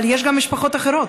אבל יש פה גם משפחות אחרות,